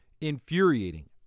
infuriating